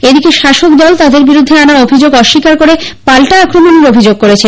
এদিকে শাসকদল তাদের বিরুদ্ধে আনা অভিযোগ অস্বীকার করে পাল্টা আক্রমণের অভিযোগ করেন